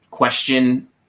Question